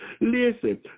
Listen